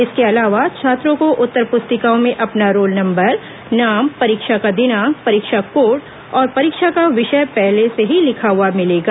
इसके अलावा छात्रों को उत्तर प्रस्तिकाओं में अपना रोल नंबर नाम परीक्षा का दिनांक परीक्षा कोड और परीक्षा का विषय पहले से ही लिखा हैआ मिलेगा